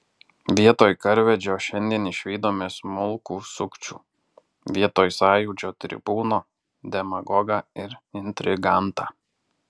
vietoj karvedžio šiandien išvydome smulkų sukčių vietoj sąjūdžio tribūno demagogą ir intrigantą